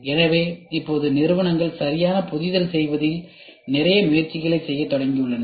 எனவே இப்போது நிறுவனங்கள் சரியான பொதிதல் செய்வதில் நிறைய முயற்சிகளைச் செய்யத் தொடங்கியுள்ளன